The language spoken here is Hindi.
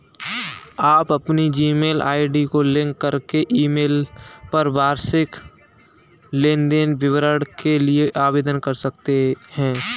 आप अपनी जीमेल आई.डी को लिंक करके ईमेल पर वार्षिक लेन देन विवरण के लिए भी आवेदन कर सकते हैं